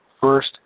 first